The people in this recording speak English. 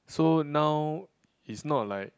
so now is not like